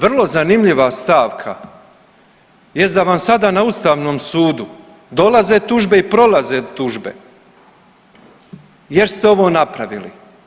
Vrlo zanimljiva stavka, jest da vam sada na Ustavnom sudu dolaze tužbe i prolaze tužbe jer ste ovo napravili.